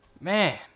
Man